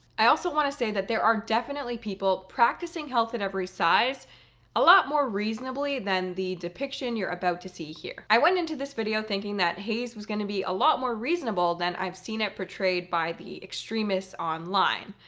i also wanna say that there are definitely people practicing health at every size a lot more reasonably than the depiction you're about to see here. i went into this video thinking that haes was gonna be a lot more reasonable than i've seen it portrayed by the extremists online,